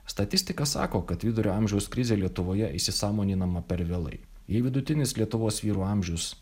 statistika sako kad vidurio amžiaus krizė lietuvoje įsisąmoninama per vėlai jei vidutinis lietuvos vyrų amžius